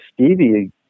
Stevie